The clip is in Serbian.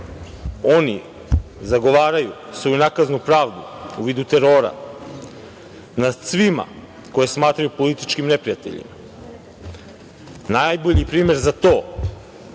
oni zagovaraju svoju nakaznu pravdu u vidu terora nad svima koje smatraju političkim neprijateljima. Najbolji primer za to